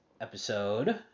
episode